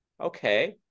Okay